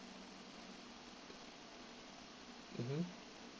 mmhmm